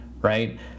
right